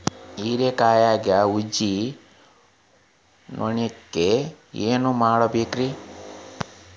ಹೇರಿಕಾಯಾಗ ಊಜಿ ನೋಣಕ್ಕ ಏನ್ ಮಾಡಬೇಕ್ರೇ?